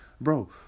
bro